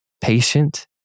patient